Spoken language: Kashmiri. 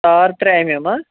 تار ترٛےٚ ایٚم ایٚم ہا